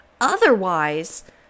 Otherwise